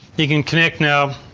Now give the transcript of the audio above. you can connect now.